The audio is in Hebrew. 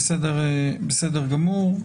בסדר גמור.